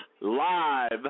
live